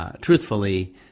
Truthfully